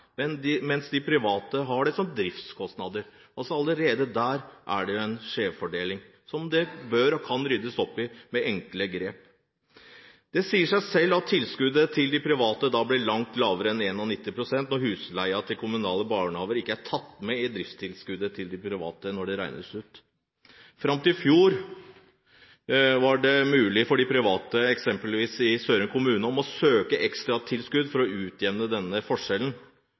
Men saken er at i f.eks. Sørum kommune i Akershus får de ikke 91 pst. engang – de ligger langt under. Så feilen ligger i regnskapet – feilen ligger i en forskjellsbehandling i regnskapet. De kommunale barnehagene fører husleie under kapitalkostnader, f.eks., noe det ikke er, mens de private har det som driftskostnader. Allerede der er det en skjevfordeling som det bør og kan ryddes opp i med enkle grep. Det sier seg selv at tilskuddet til de private blir langt lavere enn 91 pst. når husleia til kommunale barnehager ikke er tatt med når